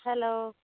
hello